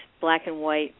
black-and-white